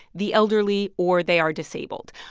the elderly or they are disabled.